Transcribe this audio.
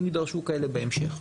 אם יידרשו כאלו בהמשך.